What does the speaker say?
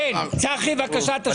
צחי, בבקשה, תשלים.